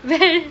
then